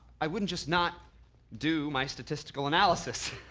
i wouldn't just not do my statistical analysis.